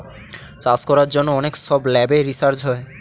চাষ করার জন্য অনেক সব ল্যাবে রিসার্চ হয়